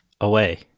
away